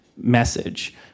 message